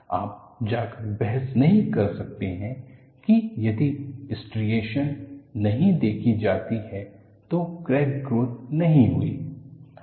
आप जाकर बहस नहीं कर सकते हैं कि यदि स्ट्रिएशनस नहीं देखी जाती है तो क्रैक ग्रोथ नहीं हुई है